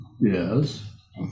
yes